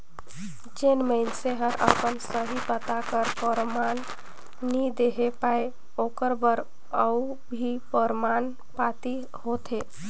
जेन मइनसे हर अपन सही पता कर परमान नी देहे पाए ओकर बर अउ भी परमान पाती होथे